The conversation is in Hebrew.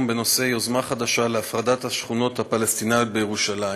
בנושא: יוזמה חדשה להפרדת השכונות הפלסטיניות בירושלים,